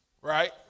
Right